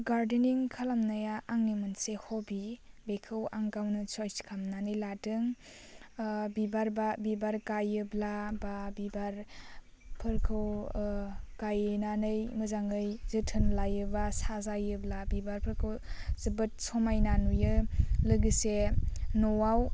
gardening खालामनाया आंनि मोनसे हबि बेखौ आं गावनो सइस खालामनानै लादों बिबार बा बिबार गायोब्ला बा बिबारफोरखौ गायनानै मोजाङै जोथोन लायोबा साजायोब्ला बिबारफोरखौ जोबोर समायना नुयो लोगोसे न'वाव